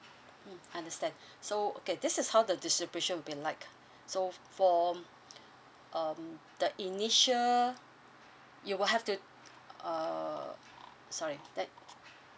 mm understand so okay so this how the distribution would like so for um the initial you will have to uh sorry that